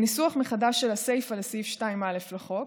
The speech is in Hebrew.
1. בניסוח מחדש של הסיפא לסעיף 2(א) לחוק,